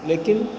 लेकिन